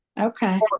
Okay